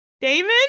Damon